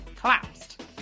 collapsed